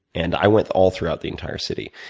and i went all throughout the entire city.